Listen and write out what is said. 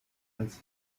马来西亚